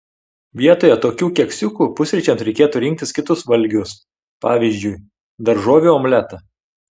vietoje tokių keksiukų pusryčiams reikėtų rinktis kitus valgius pavyzdžiui daržovių omletą